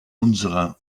unserer